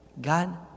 God